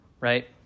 right